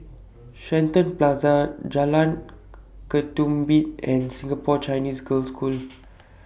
Shenton Plaza Jalan Ketumbit and Singapore Chinese Girls' School